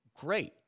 Great